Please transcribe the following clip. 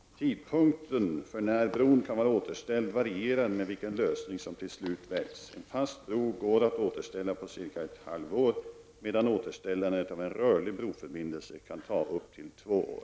Tidpunkten för när bron kan vara återställd varierar med vilken lösning som till slut väljs. En fast bro går att återställa på cirka ett halvår, medan återställandet av en rörlig broförbindelse kan ta upp till två år.